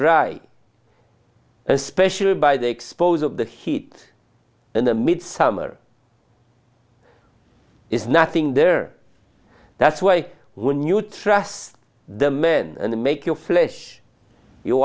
dry especially by the expose of the heat and the midsummer is nothing there that's why when you trust the men and make your flesh you